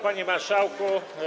Panie Marszałku!